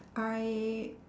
I